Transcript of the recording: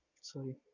sorry